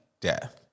death